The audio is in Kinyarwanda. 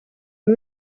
uyu